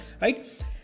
right